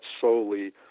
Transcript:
solely